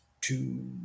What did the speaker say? two